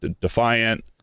defiant